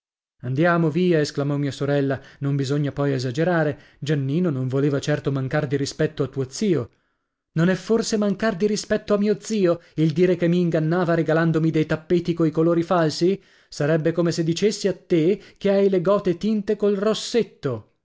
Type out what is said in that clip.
andiamo via esclamò mia sorella non bisogna poi esagerare giannino non voleva certo mancar di rispetto a tuo zio non è forse mancar di rispetto a mio zio il dire che mi ingannava regalandomi dei tappeti coi colori falsi sarebbe come se dicessi a te che hai le gote tinte col rossetto